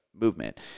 movement